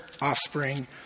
offspring